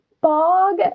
bog